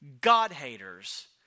God-haters